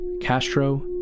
Castro